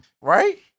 Right